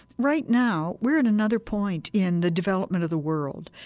right now, we're at another point in the development of the world.